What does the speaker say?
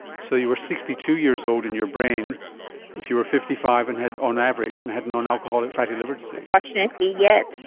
so you were sixty two years old in your brain if you were fifty five, and on average, and had non-alcoholic fatty liver disease? unfortunately yes.